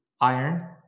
iron